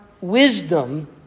wisdom